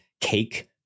cake